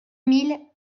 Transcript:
mille